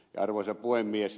arvoisa puhemies